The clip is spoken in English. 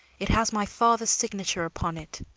it has my father's signature upon it.